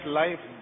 life